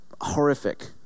Horrific